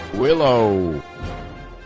willow